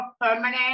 permanent